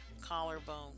collarbone